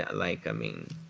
like, i mean,